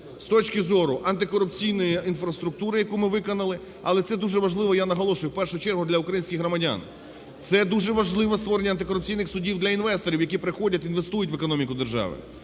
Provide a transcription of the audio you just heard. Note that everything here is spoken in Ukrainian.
З точки зору антикорупційної інфраструктури, яку ми виконали, але це дуже важливо, я наголошую, в першу чергу для українських громадян. Це дуже важливо - створення антикорупційних судів - для інвесторів, які приходять, інвестують в економіку держави.